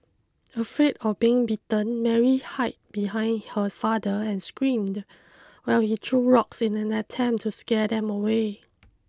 afraid of being bitten Mary hide behind her father and screamed while he threw rocks in an attempt to scare them away